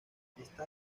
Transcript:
está